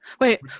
Wait